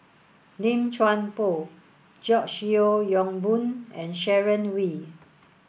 Lim Chuan Poh George Yeo Yong Boon and Sharon Wee